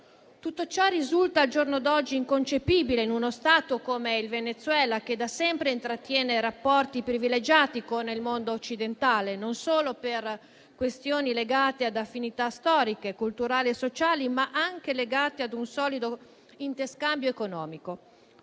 Tutto ciò risulta al giorno d'oggi inconcepibile in uno Stato come il Venezuela, che da sempre intrattiene rapporti privilegiati con il mondo occidentale, per questioni legate non solo ad affinità storiche, culturali e sociali, ma anche a un solido interscambio economico.